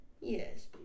Yes